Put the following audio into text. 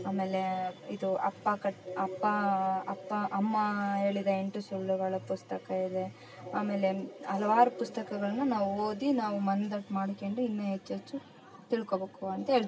ಆಮೇಲೆ ಇದು ಅಪ್ಪ ಕಟ್ ಅಪ್ಪಾ ಅಪ್ಪಾ ಅಮ್ಮ ಹೇಳಿದ ಎಂಟು ಸುಳ್ಳುಗಳು ಪುಸ್ತಕ ಇದೆ ಆಮೇಲೆ ಹಲವಾರು ಪುಸ್ತಕಗಳನ್ನು ನಾವು ಓದಿ ನಾವು ಮನ್ದಟ್ಟು ಮಾಡ್ಕೆಂಡು ಇನ್ನು ಹೆಚ್ಚು ಹೆಚ್ಚು ತಿಳ್ಕೊಬೋಕು ಅಂತ ಹೇಳ್ತೀನಿ